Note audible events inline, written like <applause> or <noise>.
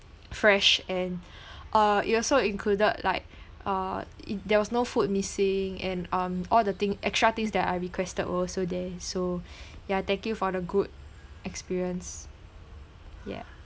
fresh and <breath> uh it also included like uh it there was no food missing and um all the thing extra things that I requested also there so <breath> yeah thank you for the good experience yup